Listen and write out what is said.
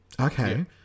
Okay